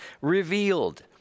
revealed